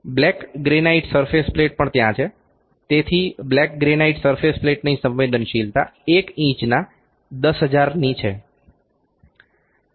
black granite surface plate પણ ત્યાં છે તેથી બ્લેક ગ્રેનાઇટ સરફેસ પ્લેટની સંવેદનશીલતા 1 ઇંચના 10000 ની છે